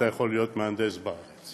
אתה יכול להיות מהנדס בארץ.